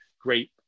Great